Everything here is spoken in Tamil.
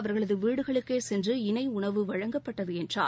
அவர்களது வீடுகளுக்கே சென்று இணை உணவு வழங்கப்பட்டது என்றார்